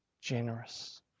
generous